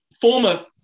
former